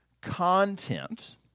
content